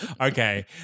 Okay